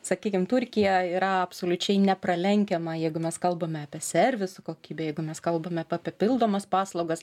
sakykim turkija yra absoliučiai nepralenkiama jeigu mes kalbame apie servisų kokybę jeigu mes kalbame apie papildomas paslaugas